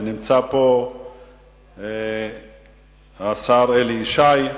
נמצא פה השר אלי ישי,